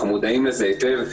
אנחנו מודעים לזה היטב,